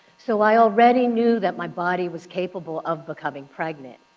so i already knew that my body was capable of becoming pregnant.